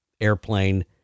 airplane